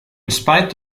spite